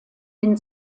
den